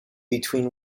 between